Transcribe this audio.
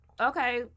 okay